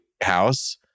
house